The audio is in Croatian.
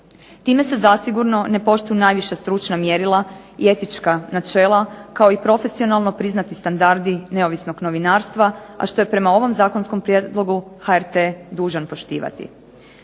Time se zasigurno ne poštuju najviša stručna mjerila i etička načela kao i profesionalno priznati standardi neovisnog novinarstva a što je prema ovom zakonskom prijedlogu HRT-a dužan poštivati.